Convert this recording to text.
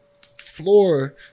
floor